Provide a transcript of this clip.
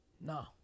No